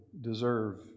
deserve